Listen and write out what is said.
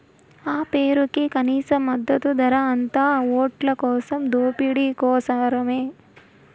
ఆ పేరుకే కనీస మద్దతు ధర, అంతా ఓట్లకోసం దోపిడీ కోసరమే